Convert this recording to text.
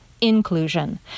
inclusion